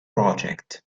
project